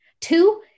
Two